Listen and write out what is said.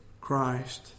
Christ